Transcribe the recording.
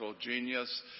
genius